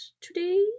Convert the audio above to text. today